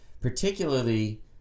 particularly